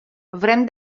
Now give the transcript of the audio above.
vrem